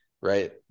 right